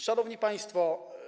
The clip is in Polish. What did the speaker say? Szanowni Państwo!